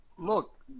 look